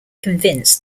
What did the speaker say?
convinced